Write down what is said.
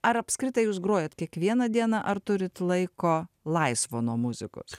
ar apskritai jūs grojat kiekvieną dieną ar turit laiko laisvo nuo muzikos